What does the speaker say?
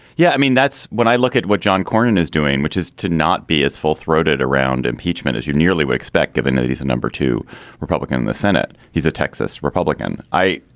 yeah i mean that's when i look at what john cornyn is doing which is to not be as full throated around impeachment as you nearly would expect given that it is the number two republican in the senate. he's a texas republican. i.